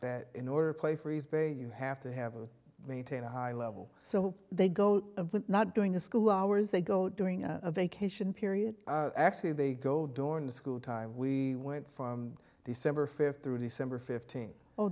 that in order to play freeze bay you have to have a maintain a high level so they go of with not doing a school hours they go during a vacation period actually they go during the school time we went from december fifth through december fifteenth oh